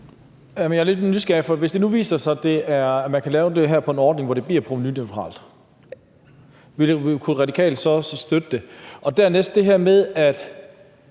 Jeg er lidt nysgerrig, for hvis det nu viser sig, at man kan lave det her på en ordning, hvor det bliver provenuneutralt, kunne Radikale så også støtte det? Dernæst er der det